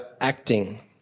acting